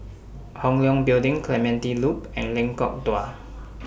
Hong Leong Building Clementi Loop and Lengkok Dua